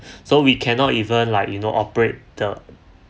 so we cannot even like you know operate the